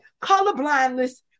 Colorblindness